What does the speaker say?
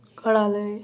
कळालं आहे